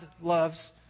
loves